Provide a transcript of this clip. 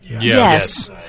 Yes